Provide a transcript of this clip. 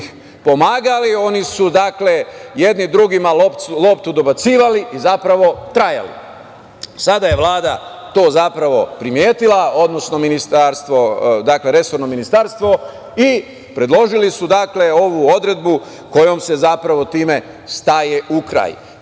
pomagali, oni su jedni drugima loptu dobacivali i to je zapravo trajalo. Sada je Vlada to primetila, odnosno resorno ministarstvo i predložili su ovu odredbu kojom se zapravo time staje ukraj.